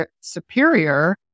superior